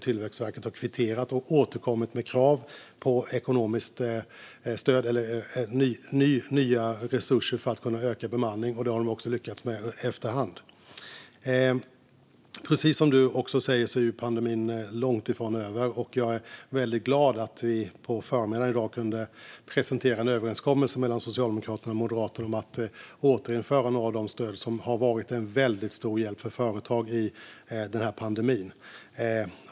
Tillväxtverket har kvitterat och återkommit med krav på nya resurser för att kunna öka bemanningen. Det har de också lyckats med efter hand. Precis som Alexandra Anstrell säger är pandemin långt ifrån över, och jag är väldigt glad att vi i dag på förmiddagen kunde presentera en överenskommelse mellan Socialdemokraterna och Moderaterna om att återinföra några av de stöd som har varit en väldigt stor hjälp för företag under pandemin.